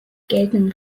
geltenden